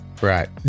Right